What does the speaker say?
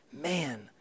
man